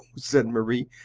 said marie.